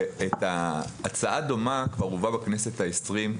הצעה דומה הובאה בכנסת העשרים,